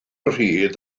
rhydd